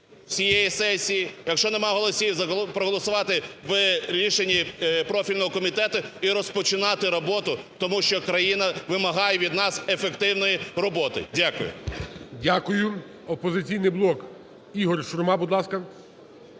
цієї сесії. Якщо нема голосів – проголосувати в рішенні профільного комітету і розпочинати роботу, тому що країна вимагає від нас ефективної роботи. Дякую. ГОЛОВУЮЧИЙ. Дякую. "Опозиційний блок", Ігор Шурма, будь ласка.